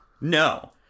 No